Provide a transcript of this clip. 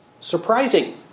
surprising